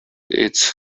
its